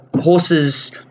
Horses